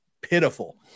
pitiful